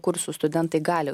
kursų studentai gali